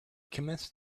commenced